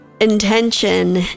intention